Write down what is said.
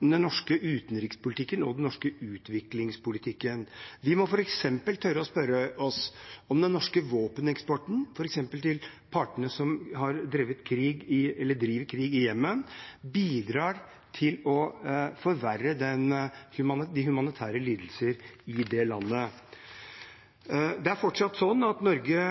den norske utenrikspolitikken og den norske utviklingspolitikken. Vi må f.eks. tørre å spørre oss selv om den norske våpeneksporten, f.eks. til partene som kriger i Jemen, bidrar til å forverre de humanitære lidelsene i landet. Norge